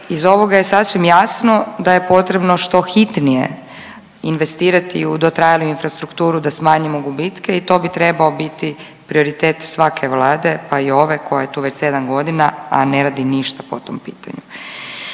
iz ovoga je sasvim jasno da je potrebno što hitnije investirati u dotrajalu infrastrukturu da smanjimo gubitke i to bi trebao biti prioritet svake vlade pa i ove koja je tu već 7 godina, a ne radi ništa po tom pitanju.